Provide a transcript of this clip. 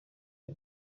iyo